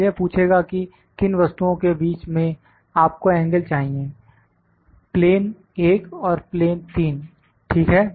अब यह पूछेगा कि किन वस्तुओं के बीच में आपको एंगल चाहिए प्लेन एक और प्लेन तीन ठीक है